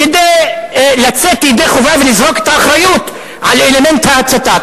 כדי לצאת ידי חובה ולזרוק את האחריות לאלמנט ההצתה.